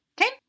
Okay